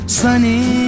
sunny